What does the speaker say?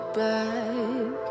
back